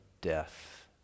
death